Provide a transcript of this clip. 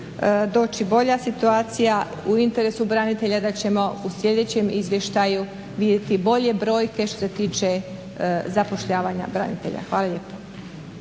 doći bolja situacija. U interesu je branitelja da ćemo u sljedećem izvještaju vidjeti bolje brojke što se tiče zapošljavanja branitelja. Hvala lijepo.